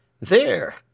There